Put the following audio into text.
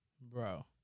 Bro